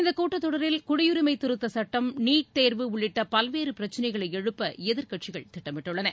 இந்தக் கூட்டத்தொடரில் குடியுரிமை திருத்தக் கூட்டம் நீட் தேர்வு உள்ளிட்ட பல்வேறு பிரச்சினைகளை எழுப்ப எதிர்க்கட்சிகள் திட்டமிட்டுள்ளன